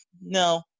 no